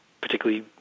particularly